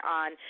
on